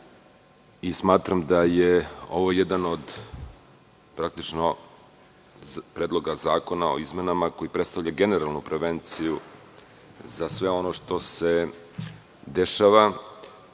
Smatram da je ovo jedan od predloga zakona o izmenama koji predstavljaju generalnu prevenciju za sve ono što se dešava. Vrlo